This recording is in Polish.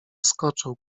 skoczył